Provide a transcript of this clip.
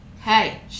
Hey